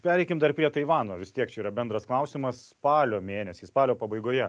pereikim dar prie taivano vis tiek čia yra bendras klausimas spalio mėnesį spalio pabaigoje